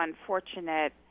unfortunate